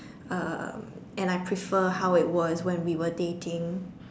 uh and I prefer how it was when we were dating